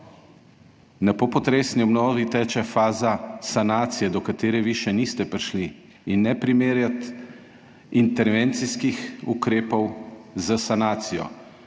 V popotresni obnovi teče faza sanacije, do katere vi še niste prišli, in ne primerjati intervencijskih ukrepov s sanacijo.